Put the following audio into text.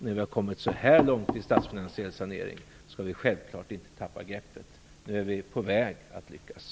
När vi kommit så här långt med saneringen av statsfinanserna skall vi självfallet inte tappa greppet. Nu är vi på väg att lyckas.